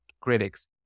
critics